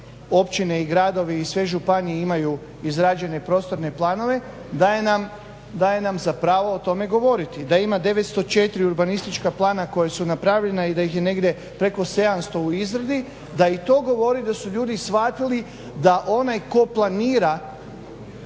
općine i gradovi i sve županije imaju izrađene prostorne planove, daje nam za pravo o tome govoriti, da ima 904 urbanistička plana koja su napravljena i da ih je negdje preko 700 u izradi da i to govori da su ljudi shvatili da onaj tko planira